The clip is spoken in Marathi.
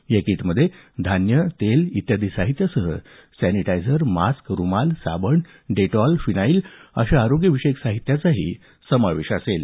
या किटमध्ये धान्य तेल इत्यादी साहित्यासह सॅनिटायझर मास्क रुमाल साबण डेटॉल फिनेल अशा आरोग्यविषयक साहित्याचाही समावेश असेल